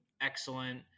excellent